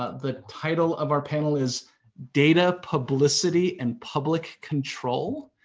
ah the title of our panel is data publicity and public control,